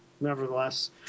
Nevertheless